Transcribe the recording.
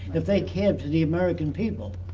if they cared for the american people.